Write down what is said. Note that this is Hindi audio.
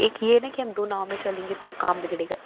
एक ये नहीं कि हम दो नाव में चलेंगे तो काम बिगड़ेगा